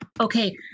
okay